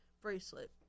bracelet